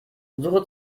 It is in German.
suche